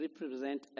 represent